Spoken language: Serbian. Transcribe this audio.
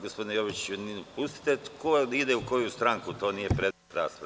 Gospodine Jovičiću, pustite ko ide u koju stranku, to nije predmet rasprave.